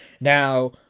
Now